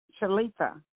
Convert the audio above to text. Shalita